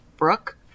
Brooke